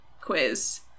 quiz